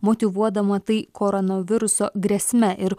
motyvuodama tai koronaviruso grėsme ir